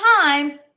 time